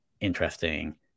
interesting